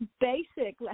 basic